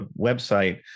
website